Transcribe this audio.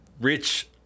rich